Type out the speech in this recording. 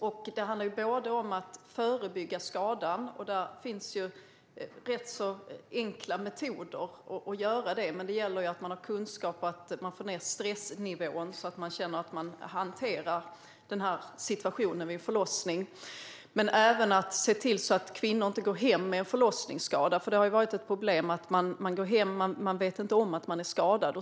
När det gäller att förebygga skador finns det rätt så enkla metoder för att göra det, men det gäller ju att man har kunskap och att man får ned stressnivån så att man känner att man hanterar situationen vid en förlossning. Man måste även se till att kvinnor inte går hem med en förlossningsskada. Det har nämligen varit ett problem att man går hem och inte vet om att man är skadad.